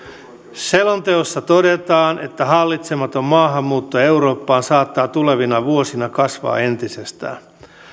selonteossa todetaan että hallitsematon maahanmuutto eurooppaan saattaa tulevina vuosina kasvaa entisestään